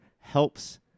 helps